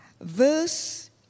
verse